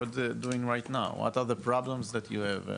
להלן תרגום חופשי) מה עשית עד יוני?